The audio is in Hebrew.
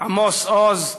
עמוס עוז,